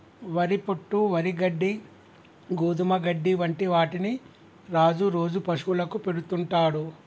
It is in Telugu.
వరి పొట్టు, వరి గడ్డి, గోధుమ గడ్డి వంటి వాటిని రాజు రోజు పశువులకు పెడుతుంటాడు